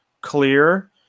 clear